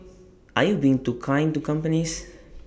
are you being too kind to companies